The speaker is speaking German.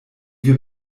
wir